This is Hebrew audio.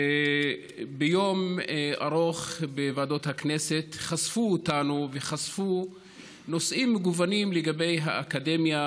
שביום ארוך בוועדות הכנסת חשפו נושאים מגוונים לגבי האקדמיה